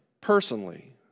personally